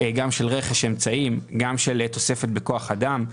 גם של רכש של אמצעים וגם של תוספת בכוח אדם.